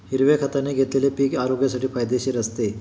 हिरव्या खताने घेतलेले पीक आरोग्यासाठी फायदेशीर असते